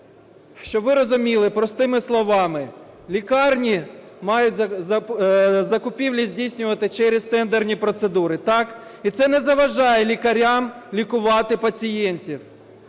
щоб ви розуміли, простими словами, лікарні мають закупівлі здійснювати через тендерні процедури, і це не заважає лікарям лікувати пацієнтів.